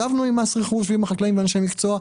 ישבנו עם מס רכוש ועם החקלאים ואנשי מקצוע,